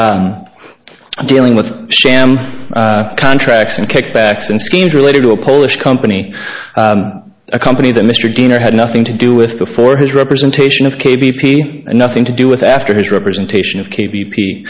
of dealing with sham contracts and kickbacks and schemes related to a polish company a company that mr gainer had nothing to do with before his representation of k b p and nothing to do with after his representation of k